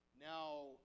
Now